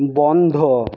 বন্ধ